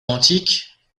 antique